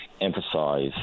emphasize